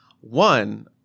One